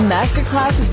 Masterclass